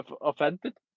offended